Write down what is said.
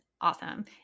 awesome